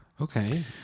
Okay